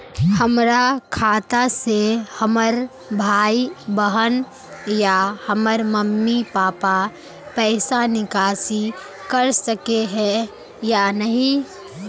हमरा खाता से हमर भाई बहन या हमर मम्मी पापा पैसा निकासी कर सके है या नहीं?